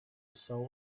soul